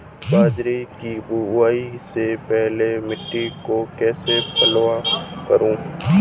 बाजरे की बुआई से पहले मिट्टी को कैसे पलेवा करूं?